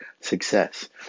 success